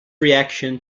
reaction